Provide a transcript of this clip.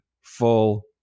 full